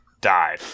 died